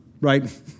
right